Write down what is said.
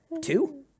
Two